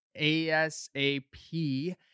ASAP